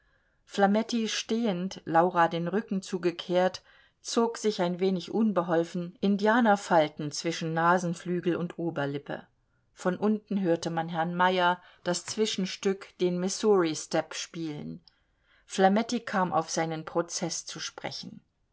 flametti stehend laura den rücken zugekehrt zog sich ein wenig unbeholfen indianerfalten zwischen nasenflügel und oberlippe von unten hörte man herrn meyer das zwischenstück den missouri step spielen flametti kam auf seinen prozeß zu sprechen